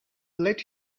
let